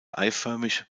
eiförmig